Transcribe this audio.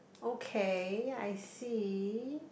okay I see